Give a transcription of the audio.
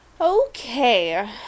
Okay